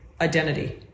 identity